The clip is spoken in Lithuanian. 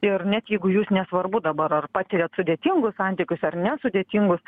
ir net jeigu jūs nesvarbu dabar ar patiriat sudėtingus santykius ar nesudėtingus